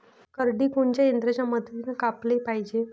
करडी कोनच्या यंत्राच्या मदतीनं कापाले पायजे?